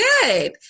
good